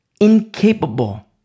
incapable